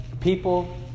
people